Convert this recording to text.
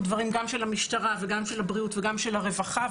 דברים גם של המשטרה וגם של הבריאות וגם של הרווחה,